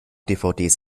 dvds